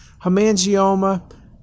Hemangioma